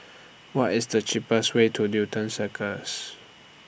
What IS The cheapest Way to Newton Circus